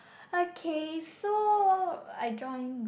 okay so I join